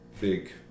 big